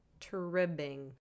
Tribbing